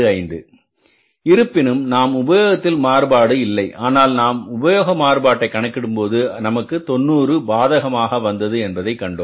25 இருப்பினும் நமது உபயோகத்தில் மாறுபாடு இல்லை ஆனால் நாம் உபயோக மாறுபாட்டை கணக்கிடும்போது அது நமக்கு 90 பாதமாக வந்தது என்பதைக் கண்டோம்